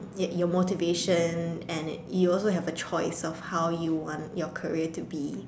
you your motivation and you also have a choice of how you want your career to be